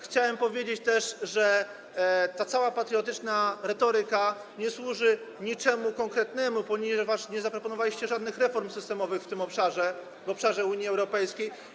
Chciałem powiedzieć też, że ta cała patriotyczna retoryka nie służy niczemu konkretnemu, ponieważ nie zaproponowaliście żadnych reform systemowych w tym obszarze, w obszarze dotyczącym Unii Europejskiej.